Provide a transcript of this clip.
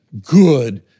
good